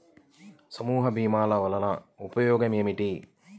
సమూహ భీమాల వలన ఉపయోగం ఏమిటీ?